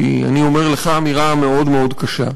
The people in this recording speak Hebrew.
כי אני אומר לך אמירה מאוד מאוד קשה,